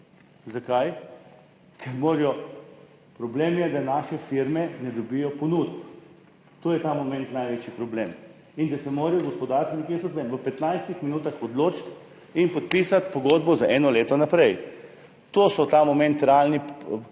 Zakaj? Problem je, da naše firme ne dobijo ponudb, to je ta moment največji problem, in da se morajo gospodarstveniki, jaz tudi vem, v 15 minutah odločiti in podpisati pogodbo za eno leto naprej. To so ta moment realni problemi